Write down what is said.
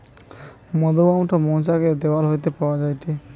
মধুমোম টো মৌচাক এর দেওয়াল হইতে পাওয়া যায়টে